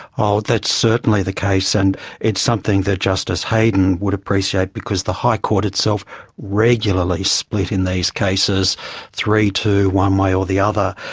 ah that's certainly the case and it's something that justice heydon would appreciate because the high court itself regularly split in these cases three two one way or the other,